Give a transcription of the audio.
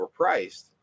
overpriced